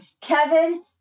Kevin